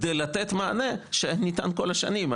כדי לתת מענה שניתן כל השנים.